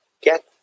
get